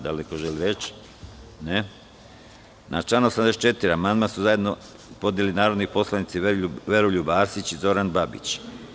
Da li neko želi reč? (Ne) Na član 84. amandman su zajedno podneli narodni poslanici Veroljub Arsić i Zoran Babić.